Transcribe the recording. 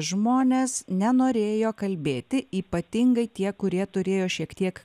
žmonės nenorėjo kalbėti ypatingai tie kurie turėjo šiek tiek